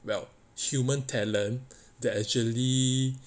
well human talent that actually